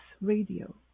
Radio